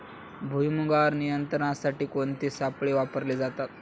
भुईमुगावर नियंत्रणासाठी कोणते सापळे वापरले जातात?